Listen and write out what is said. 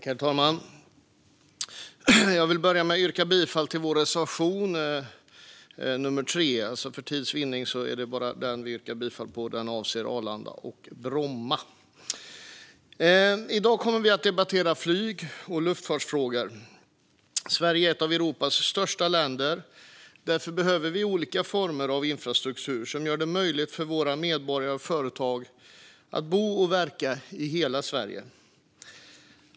Herr talman! Jag vill börja med att yrka bifall till vår reservation nummer 3. För tids vinnande är det bara den jag yrkar bifall till. Den avser Arlanda och Bromma. I dag kommer vi att debattera flyg och luftfartsfrågor. Sverige är ett av Europas största länder. Därför behöver vi olika former av infrastruktur som gör det möjligt för våra medborgare och företag att bo och verka i hela Sverige.